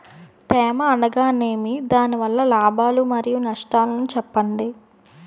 తేమ అనగానేమి? దాని వల్ల లాభాలు మరియు నష్టాలను చెప్పండి?